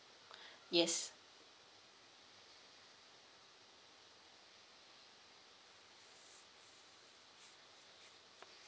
yes